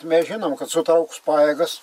mes žinom kad sutrauks pajėgas